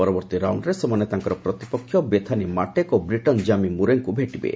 ପରବର୍ତ୍ତୀ ରାଉଣ୍ଡରେ ସେମାନେ ତାଙ୍କର ପ୍ରତିପକ୍ଷ ବେଥାନି ମାଟେକ୍ ଓ ବ୍ରିଟନ୍ ଜାମି ମୁରେଙ୍କୁ ଭେଟିବେ